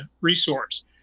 resource